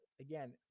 Again